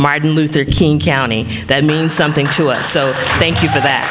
martin luther king county that means something to us so thank you for